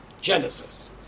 Genesis